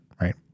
right